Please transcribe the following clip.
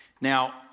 Now